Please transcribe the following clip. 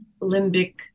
limbic